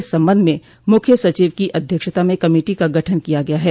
इस संबंध में मुख्य सचिव की अध्यक्षता में कमेटी का गठन किया गया है